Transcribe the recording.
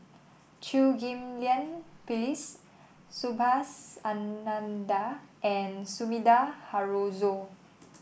Chew Ghim Lian Phyllis Subhas Anandan and Sumida Haruzo